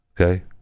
Okay